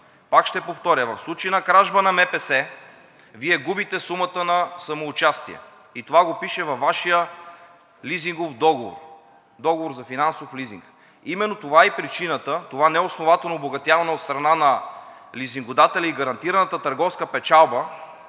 Пак ще повторя, в случай на кражба на МПС Вие губите сумата на самоучастие, и това го пише във Вашия лизингов договор – договор за финансов лизинг. Именно това е и причината – това неоснователно обогатяване от страна на лизингодателя и гарантираната търговска печалба,